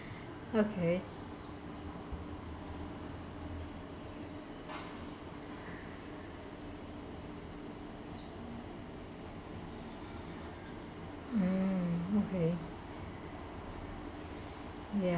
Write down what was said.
okay mm okay ya